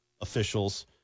officials